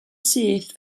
syth